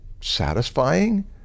satisfying